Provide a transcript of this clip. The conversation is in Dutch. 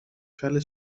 felle